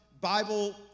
Bible